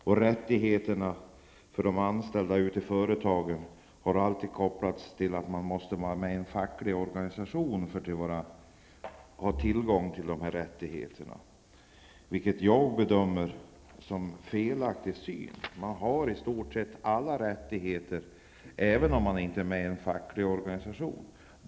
Och rättigheterna för de anställda ute i företagen har alltid kopplats till att de anställda måste vara med i en facklig organisation för att ha tillgång till dessa rättigheter, vilket jag bedömer som en felaktig syn. De anställda har i stort sett alla rättigheter, även om de inte är med i en facklig organisation.